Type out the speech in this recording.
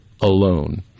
alone